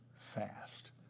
fast